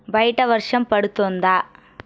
బయట వర్షం పడుతోందా